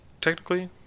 technically